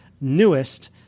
newest